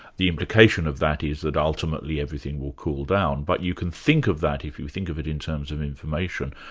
the implication of that is that ultimately everything will cool down. but you can think of that, if you think of it in terms of information,